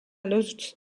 los